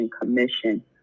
Commission